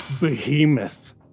behemoth